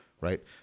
right